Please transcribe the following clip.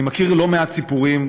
אני מכיר לא מעט סיפורים,